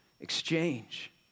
exchange